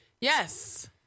Yes